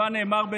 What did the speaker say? שבה נאמר,